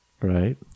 right